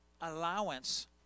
allowance